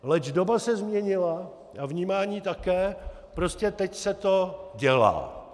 Leč doba se změnila a vnímání také, prostě teď se to dělá.